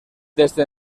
desde